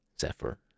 Zephyr